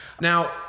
Now